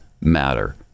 matter